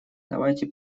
давайте